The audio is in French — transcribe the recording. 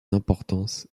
importance